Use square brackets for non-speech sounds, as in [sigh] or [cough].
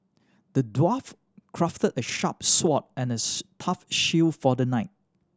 the dwarf crafted a sharp sword and a [unintelligible] tough shield for the knight